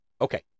Okay